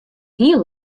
hiel